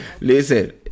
Listen